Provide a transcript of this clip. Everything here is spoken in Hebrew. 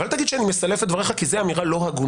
אבל אל תגיד שאני מסלף את דבריך כי זאת אמירה לא הגונה.